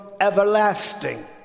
everlasting